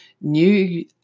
new